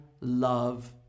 love